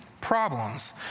problems